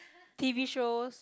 t_v shows